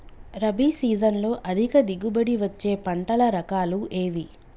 రబీ సీజన్లో అధిక దిగుబడి వచ్చే పంటల రకాలు ఏవి?